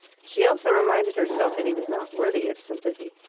she also reminded herself that he was not worthy of sympathy.